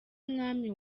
mwami